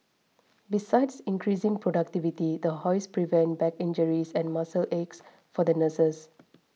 besides increasing productivity the hoists prevent back injuries and muscle aches for the nurses